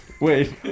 wait